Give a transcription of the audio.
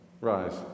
Rise